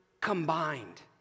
combined